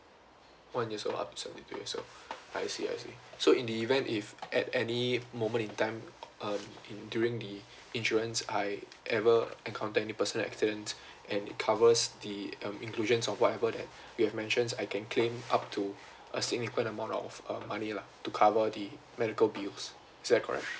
I see I see so in the event if at any moment in time um in during the insurance I ever encounter any personal accidents and it covers the um inclusions of whatever that you have mentioned I can claim up to a significant amount of uh money lah to cover the medical bills is that correct